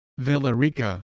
Villarica